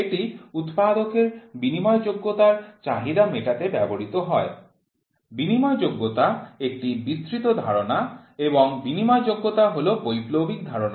এটি উৎপাদকের বিনিময়যোগ্যতার চাহিদা মেটাতে ব্যবহৃত হয় বিনিময়যোগ্যতা একটি বিস্তৃত ধারণা এবং বিনিময়যোগ্যতা হল বৈপ্লবিক ধারণা